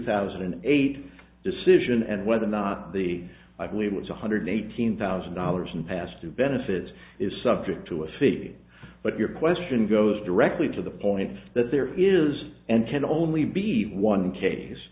thousand and eight decision and whether or not the i believe it's one hundred eighteen thousand dollars and past two benefits is subject to a fee but your question goes directly to the point that there is and can only be one case